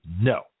no